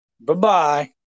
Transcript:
Bye-bye